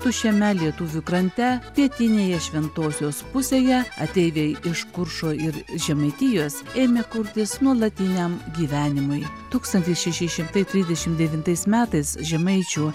tuščiame lietuvių krante pietinėje šventosios pusėje ateiviai iš kuršo ir žemaitijos ėmė kurtis nuolatiniam gyvenimui tūkstantis šeši šimtai trisdešim devintais metais žemaičių